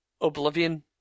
Oblivion